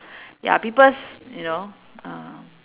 ya people's you know uh